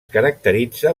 caracteritza